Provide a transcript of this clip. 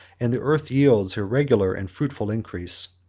and the earth yields her regular and fruitful increase.